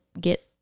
get